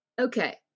Okay